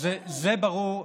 אז זה ברור,